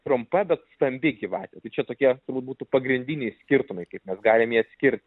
trumpa bet stambi gyvatė tai čia tokie turbūt būtų pagrindiniai skirtumai kaip mes galim ją atskirt